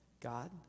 God